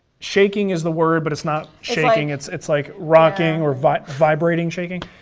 shaking is the word, but it's not shaking, it's it's like rocking or but vibrating shaking,